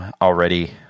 already